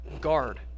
guard